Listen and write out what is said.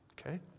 okay